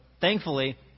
thankfully